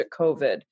COVID